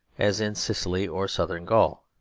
as in sicily or southern gaul.